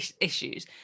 issues